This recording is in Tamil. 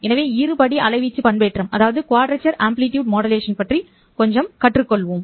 எனவே இருபடி அலைவீச்சு பண்பேற்றம் பற்றி கொஞ்சம் கற்றுக்கொள்வோம்